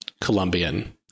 Colombian